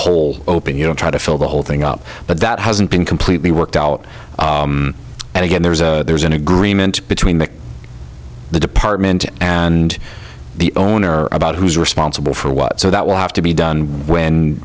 haul open you know try to fill the whole thing up but that hasn't been completely worked out and again there's a there's an agreement between the the department and the owner about who's responsible for what so that will have to be done when